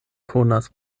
konas